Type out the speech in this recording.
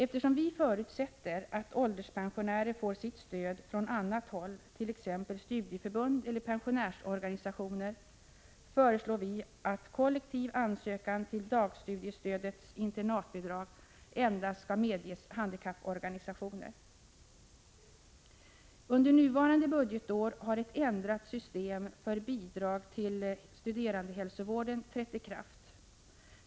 Eftersom vi förutsätter att ålderspensionärer får sitt stöd från annat håll, t.ex. studieförbund och pensionärsorganisationer, föreslår vi att kollektiv ansökan om dagstudiestödets internatbidrag endast skall medges handikapporganisationer. Under nuvarande budgetår har ett ändrat system för bidraget till studerandehälsovården trätt i kraft.